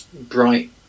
bright